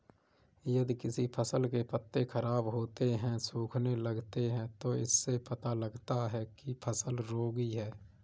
यदि किसी फसल के पत्ते खराब होते हैं, सूखने लगते हैं तो इससे पता चलता है कि फसल रोगी है